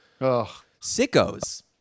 Sickos